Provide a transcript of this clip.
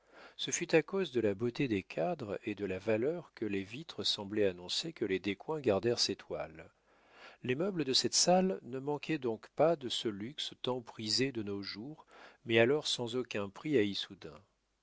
ce fut à cause de la beauté des cadres et de la valeur que les vitres semblaient annoncer que les descoings gardèrent ces toiles les meubles de cette salle ne manquaient donc pas de ce luxe tant prisé de nos jours mais alors sans aucun prix